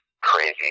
crazy